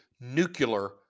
nuclear